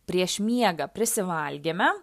prieš miegą prisivalgėme